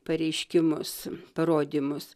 pareiškimus parodymus